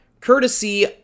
courtesy